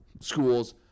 schools